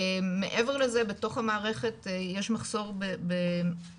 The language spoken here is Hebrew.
מעבר לזה בתוך המערכת יש מחסור בחלופות